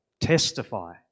testify